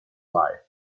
life